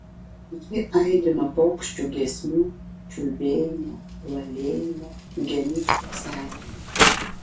ji aidi nuo paukščių giesmių čiulbėjimo lalėjimo genių stuksenimo